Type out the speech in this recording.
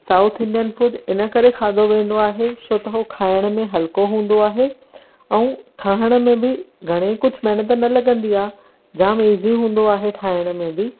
south Indian food हिन करे खाधो वेंदो आहे छो जो हूअ खाइण में हल्को हूंदो आहे ऐं ठहण में घणेईं कुझु महिनत न लॻंदी आहे जाम इज़ी हूंदो आहे ठाइण में बि